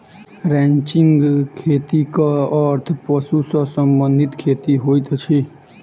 ranching खेतीक अर्थ पशु सॅ संबंधित खेती होइत अछि